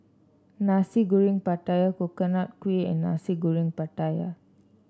Nasi Goreng Pattaya Coconut Kuih and Nasi Goreng Pattaya